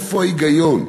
איפה ההיגיון?